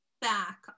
back